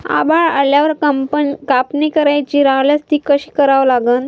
आभाळ आल्यावर कापनी करायची राह्यल्यास ती कशी करा लागन?